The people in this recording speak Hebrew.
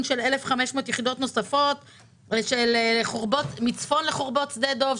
של 1,500 יחידות נוספות מצפון לחורבות שדה דב,